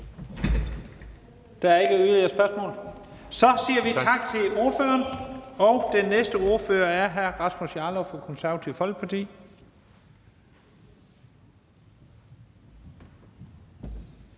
Der er ikke yderligere spørgsmål, så vi siger tak til ordføreren. Den næste ordfører er hr. Rasmus Jarlov fra Det Konservative Folkeparti.